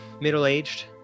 middle-aged